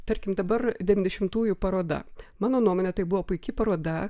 tarkim dabar devyniasdešimtųjų paroda mano nuomone tai buvo puiki paroda